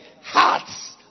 hearts